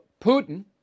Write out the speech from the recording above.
Putin